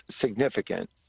significant